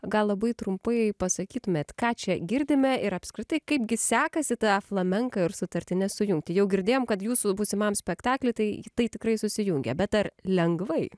gal labai trumpai pasakytumėt ką čia girdime ir apskritai kaipgi sekasi tą flamenką ir sutartines sujungti jau girdėjom kad jūsų būsimam spektakliui tai tai tikrai susijungia bet ar lengvai